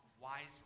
wisely